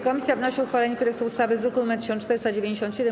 Komisja wnosi o uchwalenie projektu ustawy z druku nr 1497.